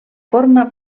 forma